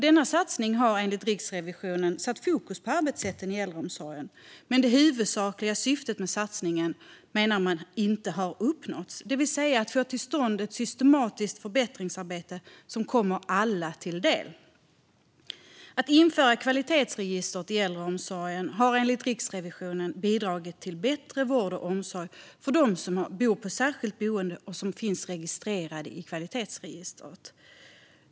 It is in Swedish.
Denna satsning har enligt Riksrevisionen satt fokus på arbetssätten i äldreomsorgen, men det huvudsakliga syftet med satsningen menar man inte har uppnåtts, det vill säga att få till stånd ett systematiskt förbättringsarbete som kommer alla till del. Att införa kvalitetsregister i äldreomsorgen har enligt Riksrevisionen bidragit till en bättre vård och omsorg för dem som bor i särskilt boende och som finns registrerade i kvalitetsregistret.